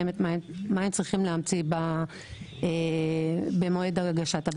להם מה הם צריכים להמציא במועד הגשת הבקשה.